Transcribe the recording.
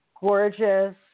gorgeous